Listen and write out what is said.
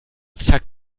zack